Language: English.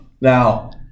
Now